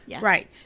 Right